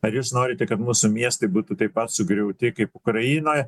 ar jūs norite kad mūsų miestai būtų taip pat sugriauti kaip ukrainoj